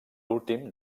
últim